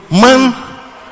Man